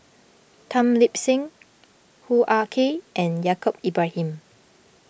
Tan Lip Seng Hoo Ah Kay and Yaacob Ibrahim